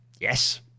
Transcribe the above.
yes